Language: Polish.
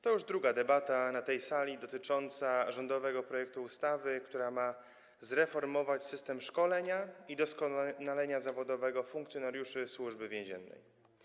To już druga debata na tej sali dotycząca rządowego projektu ustawy, która ma zreformować system szkolenia i doskonalenia zawodowego funkcjonariuszy Służby Więziennej.